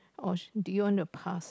or did you want to pass